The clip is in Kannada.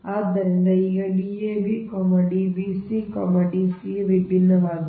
ಆದ್ದರಿಂದ ಈಗ Dab Dbc Dca ವಿಭಿನ್ನವಾಗಿದೆ